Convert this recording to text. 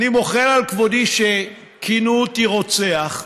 אני מוחל על כבודי שכינו אותי "רוצח",